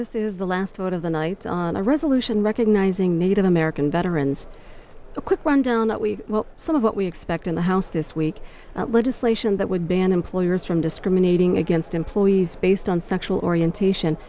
this is the last vote of the night on a resolution recognizing native american veterans a quick rundown that we will some of what we expect in the house this week legislation that would ban employers from discriminating against employees based on sexual orientation